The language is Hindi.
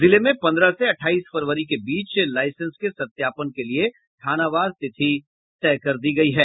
जिले में पन्द्रह से अठाईस फरवरी के बीच लाईसेंस के सत्यापन के लिए थानावार तिथि तय कर दी गयी है